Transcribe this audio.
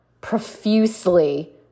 profusely